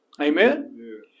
Amen